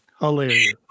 hilarious